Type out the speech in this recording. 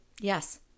yes